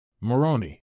Moroni